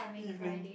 evening